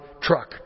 truck